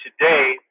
today